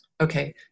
Okay